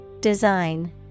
Design